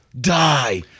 die